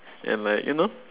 and like you know